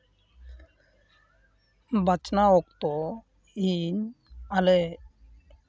ᱵᱟᱪᱷᱱᱟᱣ ᱚᱠᱛᱚ ᱤᱧ ᱟᱞᱮ